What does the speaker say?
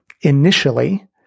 Initially